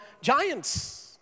giants